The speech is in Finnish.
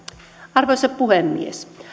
arvoisa puhemies